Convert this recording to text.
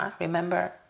remember